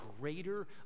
greater